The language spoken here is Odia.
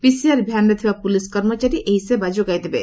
ପିସିଆର୍ ଭ୍ୟାନରେ ଥିବା ପୁଲିସ କର୍ମଚାରୀ ଏହି ସେବା ଯୋଗାଇଦେବେ